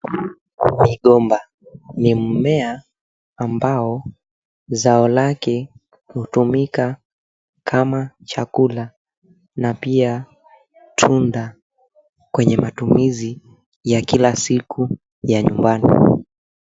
Migomba ni mmea ambao zao lake hutumika kama chakula na pia tunda kwenye matumizi ya kila siku ya nyumbani.